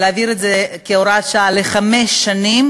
להעביר את זה כהוראת שעה לחמש שנים.